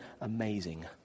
amazing